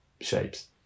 shapes